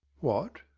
what?